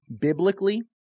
biblically